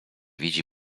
widzi